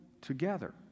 together